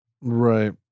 right